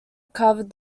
covered